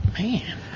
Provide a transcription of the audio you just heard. Man